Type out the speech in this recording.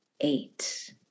eight